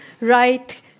right